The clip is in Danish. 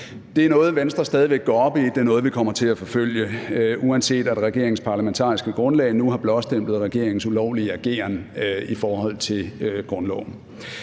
Det er noget, Venstre stadig væk går op i, og det er noget, vi kommer til at forfølge, uanset at regeringens parlamentariske grundlag nu har blåstemplet regeringens ulovlige ageren i forhold til grundloven.